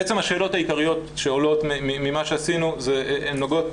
בעצם השאלות העיקריות שעולות ממה שעשינו נוגעות